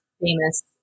famous